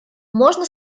можно